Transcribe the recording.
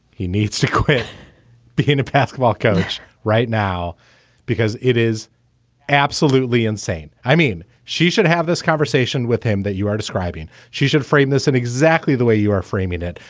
he needs to quit being a basketball coach right now because it is absolutely insane. i mean, she should have this conversation with him that you are describing. she should frame this in exactly the way you are framing it.